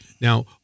Now